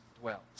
dwells